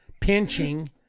pinching